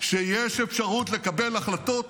שיש אפשרות לקבל החלטות